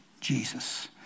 Jesus